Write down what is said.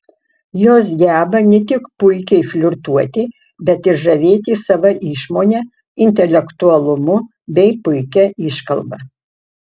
jos geba ne tik puikiai flirtuoti bet ir žavėti sava išmone intelektualumu bei puikia iškalba